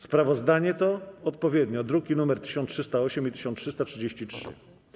Sprawozdania to odpowiednio druki nr 1308 i 1333.